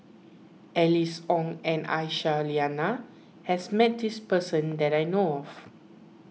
Alice Ong and Aisyah Lyana has met this person that I know of